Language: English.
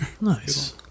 Nice